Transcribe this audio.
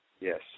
Yes